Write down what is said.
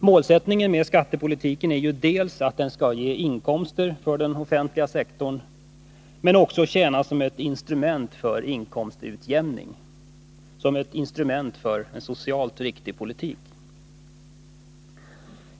Målsättningen för skattepolitiken är ju att den dels skall ge inkomster för den offentliga sektorn, dels tjäna som ett instrument för inkomstutjämning, som instrument för en socialt riktig politik.